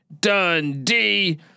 Dundee